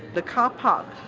the car park,